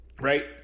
right